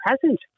present